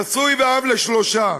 נשוי ואב לשלושה,